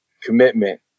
commitment